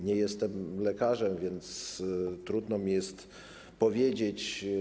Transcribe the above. Nie jestem lekarzem, więc trudno mi tu coś powiedzieć.